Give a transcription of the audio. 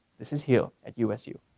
this is here at usu.